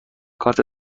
کارت